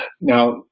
Now